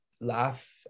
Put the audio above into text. laugh